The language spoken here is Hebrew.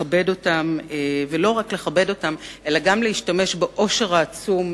לכבד אותם וגם להשתמש בעושר הערכי